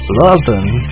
loving